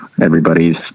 everybody's